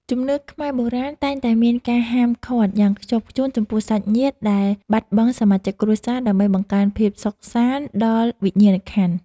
ជំនឿខ្មែរបុរាណតែងតែមានការហាមឃាត់យ៉ាងខ្ជាប់ខ្ជួនចំពោះសាច់ញាតិដែលបាត់បង់សមាជិកគ្រួសារដើម្បីបង្កើនភាពសុខសាន្តដល់វិញ្ញាណក្ខន្ធ។